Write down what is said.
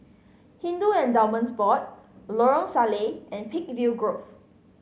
Hindu Endowments Board Lorong Salleh and Peakville Grove